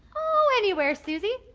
ah anywhere susie.